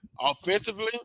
Offensively